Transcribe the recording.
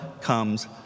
comes